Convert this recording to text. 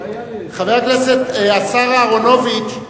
השר אהרונוביץ,